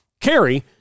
carry